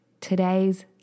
today's